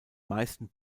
meisten